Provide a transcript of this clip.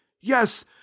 Yes